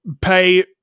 pay